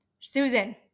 Susan